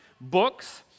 books